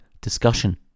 discussion